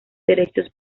derechos